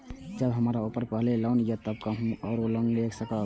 जब हमरा ऊपर पहले से लोन ये तब हम आरो लोन केना लैब?